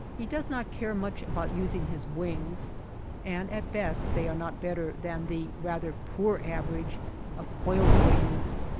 he does not care much about using his wings and at best they are not better than the rather poor average of quails' wings.